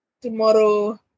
tomorrow